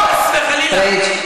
חס וחלילה.